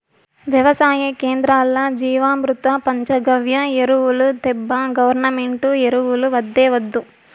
వెవసాయ కేంద్రాల్ల జీవామృతం పంచగవ్య ఎరువులు తేబ్బా గవర్నమెంటు ఎరువులు వద్దే వద్దు